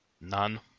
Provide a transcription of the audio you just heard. None